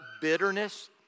bitterness